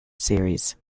series